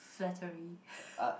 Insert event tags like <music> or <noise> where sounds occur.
flattery <laughs>